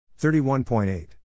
31.8